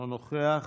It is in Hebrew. אינו נוכח.